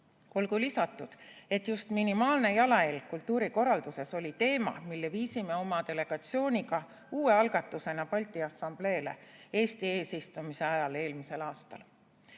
Olgu lisatud, et just minimaalne jalajälg kultuurikorralduses oli teema, mille viisime oma delegatsiooniga uue algatusena Balti Assambleele Eesti eesistumise ajal eelmisel aastal.